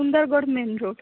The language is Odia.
ସୁନ୍ଦରଗଡ଼ ମେନରୋଡ୍